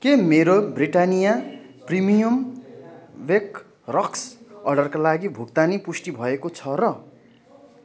के मेरो Britannia premium bake rusk अर्डरका लागि भुक्तानी पुष्टि भएको छ र